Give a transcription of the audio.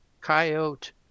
coyote